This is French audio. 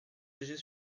léger